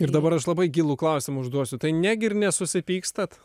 ir dabar aš labai gilų klausimą užduosiu tai negi ir nesusipykstat